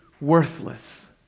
worthless